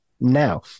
now